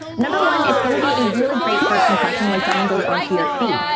number one, it's going to be a really great first impression when someone goes onto your feet,